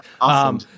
Awesome